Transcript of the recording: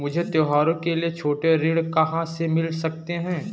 मुझे त्योहारों के लिए छोटे ऋृण कहां से मिल सकते हैं?